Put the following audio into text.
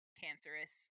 cancerous